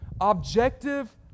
objective